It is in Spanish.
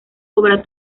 obra